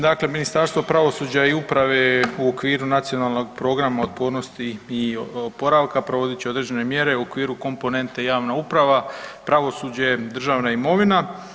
Dakle, Ministarstvo pravosuđa i uprave u okviru Nacionalnog programa otpornosti i oporavka provodit će određene mjere u okviru komponente javna uprava, pravosuđe, državna imovina.